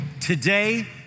Today